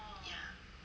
ya